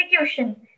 Execution